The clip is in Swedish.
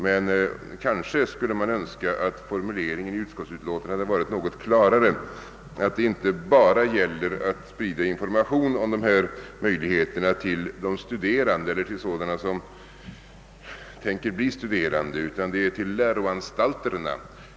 Men man skulle kanske önska att formuleringen i utskottsutlåtandet hade varit något klarare — att det inte bara gäller att sprida information om möjligheterna till de studerande eller till dem som tänker bli studerande utan också till läroanstalterna.